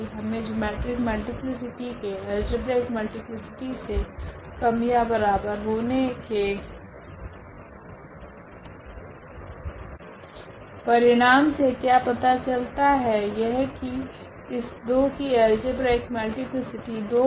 हमे geometric multiplicity के algebraic multiplicity से कम या बराबर होने के परिणाम से क्या पता चलता है यह की इस 2 की अल्जेब्रिक मल्टीप्लीसिटी 2 है